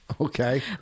Okay